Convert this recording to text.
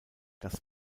das